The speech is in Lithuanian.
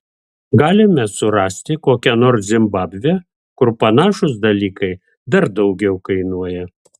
galime surasti kokią nors zimbabvę kur panašūs dalykai dar daugiau kainuoja